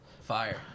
Fire